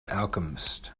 alchemist